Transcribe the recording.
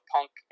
Punk